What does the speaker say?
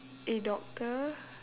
a doctor